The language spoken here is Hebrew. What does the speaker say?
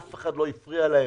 אף אחד לא הפריע להם.